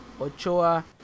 Ochoa